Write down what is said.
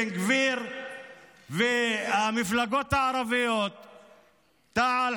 בן גביר והמפלגות הערביות תע"ל,